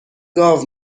گاو